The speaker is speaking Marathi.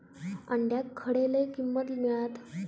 अंड्याक खडे लय किंमत मिळात?